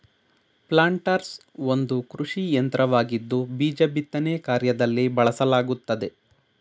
planters ಒಂದು ಕೃಷಿಯಂತ್ರವಾಗಿದ್ದು ಬೀಜ ಬಿತ್ತನೆ ಕಾರ್ಯದಲ್ಲಿ ಬಳಸಲಾಗುತ್ತದೆ